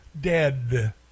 dead